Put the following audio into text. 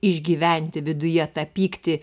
išgyventi viduje tą pyktį